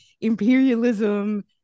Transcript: imperialism